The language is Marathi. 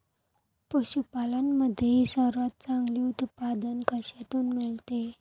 पशूपालन मध्ये सर्वात चांगले उत्पादन कशातून मिळते?